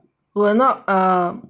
were not uh